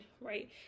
right